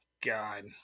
God